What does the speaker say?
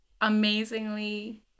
amazingly